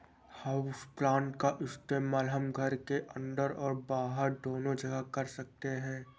houseplant का इस्तेमाल हम घर के अंदर और बाहर दोनों जगह कर सकते हैं